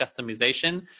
customization